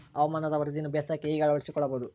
ಹವಾಮಾನದ ವರದಿಯನ್ನು ಬೇಸಾಯಕ್ಕೆ ಹೇಗೆ ಅಳವಡಿಸಿಕೊಳ್ಳಬಹುದು?